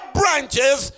branches